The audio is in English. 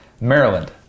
Maryland